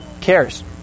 cares